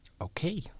Okay